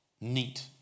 neat